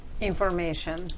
information